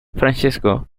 francesco